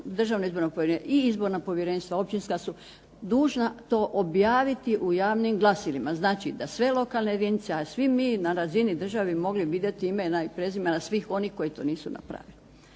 i izborna povjerenstva općinska su dužna to objaviti u javnim glasilima. Znači, da sve lokalne jedinice, a svi mi na razini države bi mogli vidjeli imena i prezimena svih onih koji to nisu napravili.